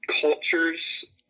cultures